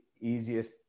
easiest